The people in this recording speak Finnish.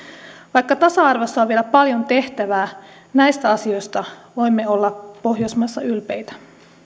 vaikka tasa arvossa on vielä paljon tehtävää näistä asioista voimme olla pohjoismaissa ylpeitä